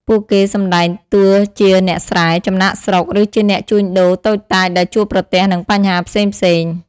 ពួកគេសម្ដែងតួជាអ្នកស្រែ ចំណាកស្រុក ឬជាអ្នកជួញដូរតូចតាចដែលជួបប្រទះនឹងបញ្ហាផ្សេងៗ។